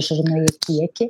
žarnoje kiekį